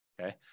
Okay